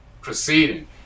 proceeding